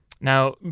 Now